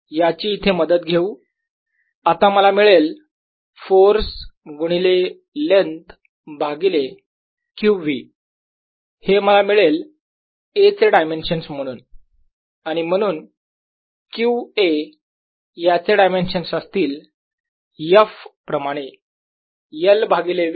याची येथे मदत घेऊ आता मला मिळेल फोर्स गुणिले लेन्थ भागिले q v हे मला मिळेल A चे डायमेन्शन्स म्हणून आणि म्हणून q A याचे डायमेन्शन्स असतील F प्रमाणे L भागिले v